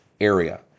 area